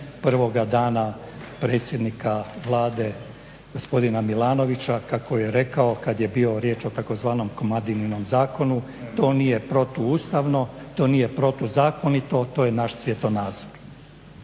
prvoga dana predsjednika Vlade gospodina Milanovića kada je rekao kada je bilo riječ o tzv. komadininom zakonu, to nije protuustavno, to nije protuzakonito, to je naš svjetonazor.